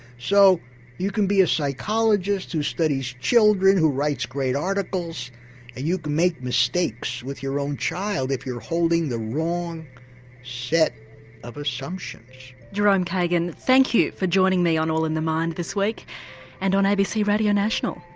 so you can be a psychologist who studies children, who writes great articles and you can make mistakes with your own child if you're holding the wrong set of assumptions. jerome kagan thank you for joining me on all in the mind this week and on abc radio national.